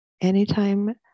anytime